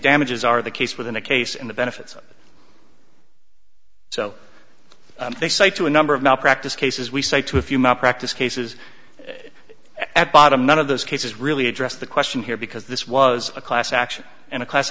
damages are the case within a case in the benefits so they say to a number of malpractise cases we say to a few my practice cases at bottom none of those cases really address the question here because this was a class action and a class